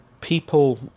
people